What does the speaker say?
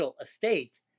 estate